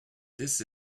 this